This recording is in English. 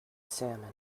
salmon